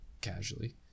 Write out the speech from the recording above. casually